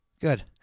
good